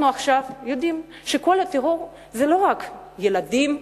אנחנו עכשיו יודעים שכל הטרור זה לא רק ילדים,